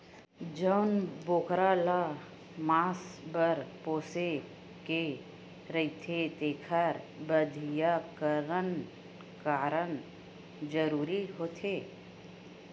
जउन बोकरा ल मांस बर पोसे गे रहिथे तेखर बधियाकरन करना जरूरी होथे